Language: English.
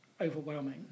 overwhelming